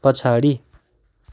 पछाडि